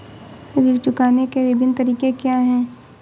ऋण चुकाने के विभिन्न तरीके क्या हैं?